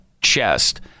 chest